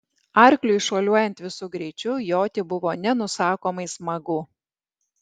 arkliui šuoliuojant visu greičiu joti buvo nenusakomai smagu